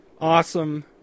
awesome